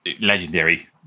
legendary